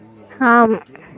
ஆம்